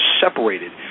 separated